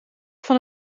van